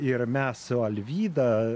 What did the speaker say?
ir mes su alvyda